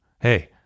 Hey